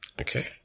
Okay